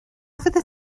fyddet